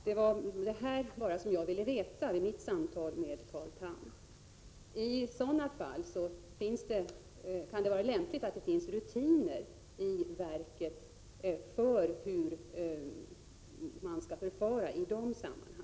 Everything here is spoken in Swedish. Det var bara detta jag ville veta i mitt samtal med Carl Tham. Det kan vara lämpligt att det finns rutiner i verket för hur man skall förfara i sådana sammanhang.